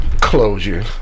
Closure